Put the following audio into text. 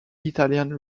italian